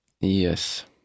Yes